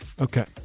Okay